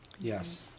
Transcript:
Yes